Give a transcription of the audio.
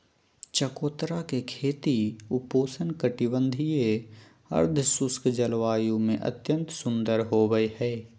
चकोतरा के खेती उपोष्ण कटिबंधीय, अर्धशुष्क जलवायु में अत्यंत सुंदर होवई हई